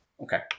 Okay